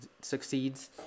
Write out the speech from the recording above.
succeeds